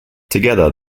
together